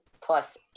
plus